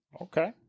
Okay